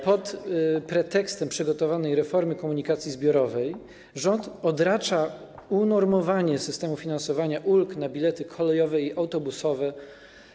Pod pretekstem przygotowanej reformy komunikacji zbiorowej rząd odracza unormowanie systemu finansowania ulg na bilety kolejowe i autobusowe.